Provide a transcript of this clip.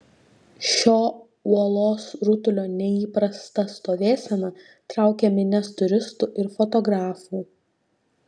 šio uolos rutulio neįprasta stovėsena traukia minias turistų ir fotografų